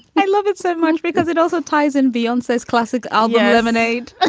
i love it so much because it also ties in beyonce's classic ah and eleven eight. ah